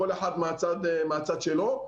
כל אחד מהצד שלו.